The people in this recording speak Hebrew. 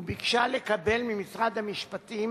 וביקשה לקבל ממשרד המשפטים